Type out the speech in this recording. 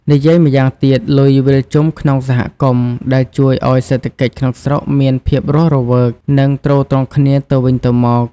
និយាយម្យ៉ាងទៀត លុយវិលជុំក្នុងសហគមន៍ ដែលជួយឲ្យសេដ្ឋកិច្ចក្នុងស្រុកមានភាពរស់រវើក និងទ្រទ្រង់គ្នាទៅវិញទៅមក។